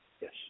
Yes